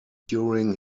during